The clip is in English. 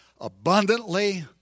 abundantly